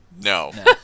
No